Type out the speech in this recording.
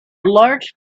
large